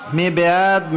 מי בעד?